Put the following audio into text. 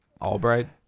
Albright